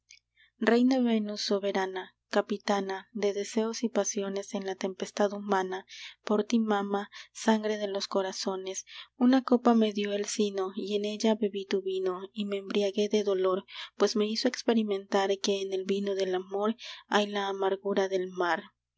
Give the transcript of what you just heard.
reina venus soberana capitana de deseos y pasiones en la tempestad humana por ti mama sangre de los corazones una copa me dió el sino y en ella bebí tu vino y me embriagué de dolor pues me hizo experimentar que en el vino del amor hay la amargura del mar